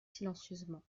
silencieusement